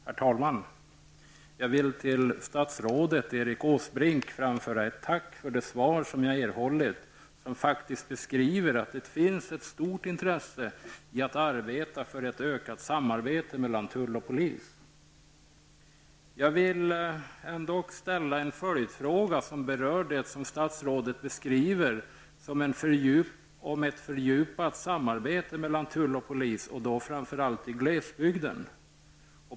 Herr talman! Jag vill till statsrådet Erik Åsbrink framföra tack för det svar som jag erhållit och där han faktiskt beskriver att det finns ett stort intresse för att arbeta för ett ökat samarbete mellan tull och polis. Jag vill dock ställa en följdfråga som berör det som statsrådet beskriver som ett fördjupat samarbete mellan tull och polis och då framför allt i glesbygden.